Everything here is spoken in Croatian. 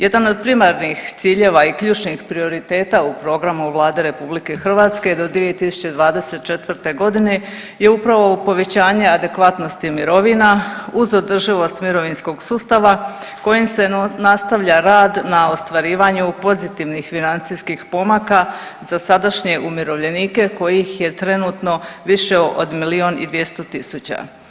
Jedan od primarnih ciljeva i ključnih prioriteta u programu Vlade RH do 2024.g. je upravo ovo povećanje adekvatnosti mirovina uz održivost mirovinskog sustava kojim se nastavlja rad na ostvarivanju pozitivnih financijskih pomaka za sadašnje umirovljenike kojih je trenutno više od milijun i 200 tisuća.